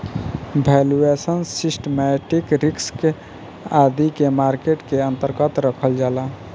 valuation, systematic risk आदि के market के अन्तर्गत रखल जाला